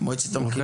מועצת המכינות.